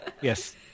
Yes